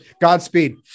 Godspeed